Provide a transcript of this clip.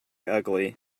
ugly